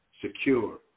secure